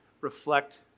reflect